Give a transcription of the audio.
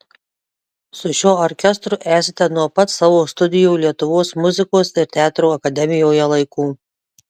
su šiuo orkestru esate nuo pat savo studijų lietuvos muzikos ir teatro akademijoje laikų